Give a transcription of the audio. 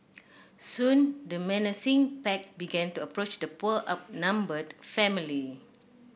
soon the menacing pack began to approach the poor outnumbered family